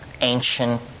ancient